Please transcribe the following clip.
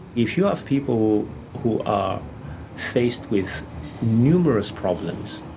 if you have people who are faced with numerous problems,